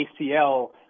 ACL